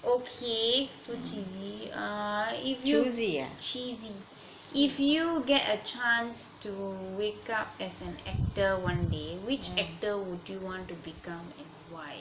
okay so cheesy if you cheesy if you get a chance to wake up as an actor one day which actor would you want to become and why